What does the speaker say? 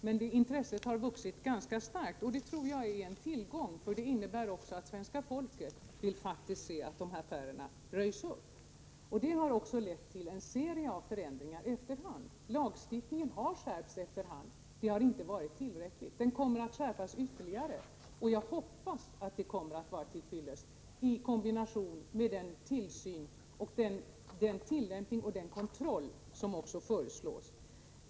Men intresset har vuxit starkt, och det tror jag är en tillgång, för det innebär också att svenska folket faktiskt vill se att de här affärerna röjs upp. Det har också lett till en serie av förändringar efter hand. Lagstiftningen har skärpts efter hand. Det har inte varit tillräckligt. Den kommer nu att skärpas ytterligare, och jag hoppas att det kommer att vara till fyllest, i kombination med den tillsyn, den tillämpning och den kontroll som också föreslås.